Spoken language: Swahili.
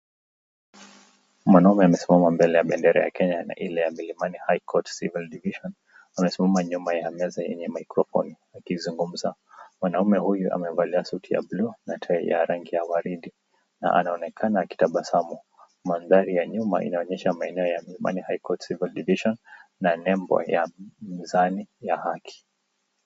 Mwanaume amesimama mbele ya bendera ya Kenya na ile ya Milimani High Court Civil Division . Amesimama nyuma ya meza yenye maikrofoni akizungumza. Mwanaume huyu amevalia suti ya blue na tai ya rangi ya waridi na anaonekana akitabasamu. Mandhari ya nyuma inaonyesha maeneo ya Milimani High Court Civil Division na nembo ya mizani ya haki.